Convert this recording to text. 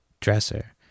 dresser